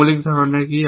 মৌলিক ধারণা কি